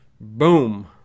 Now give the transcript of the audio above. Boom